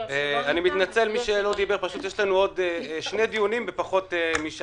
אני מתנצל בפני מי שלא דיבר יש לנו עוד שני דיונים ומליאה ב-11:00.